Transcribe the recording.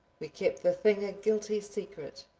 we kept the thing a guilty secret,